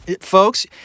Folks